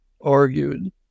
argued